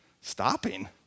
Stopping